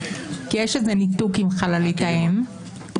כי יש איזה ניתוק עם חללית האם.